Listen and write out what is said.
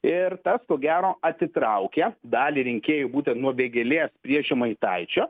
ir tas ko gero atitraukia dalį rinkėjų būtent nuo vėgėlės prie žemaitaičio